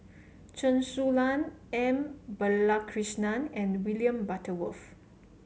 Chen Su Lan M Balakrishnan and William Butterworth